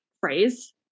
phrase